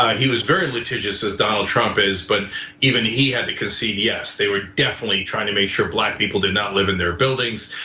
ah he was very litigious, as donald trump is. but even he had to concede yes, they were definitely trying to make sure black people did not live in their buildings.